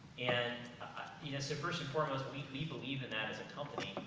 and you know so, first and foremost, we we believe in that as a company,